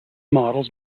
models